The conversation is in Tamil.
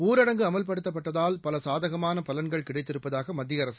ஊரடங்கு அமல்படுத்தப்பட்டதால் பல சாதகமான பலன்கள் கிடைத்திருப்பதாக மத்திய அரசு